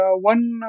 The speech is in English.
one